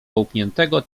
połkniętego